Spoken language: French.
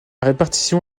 répartition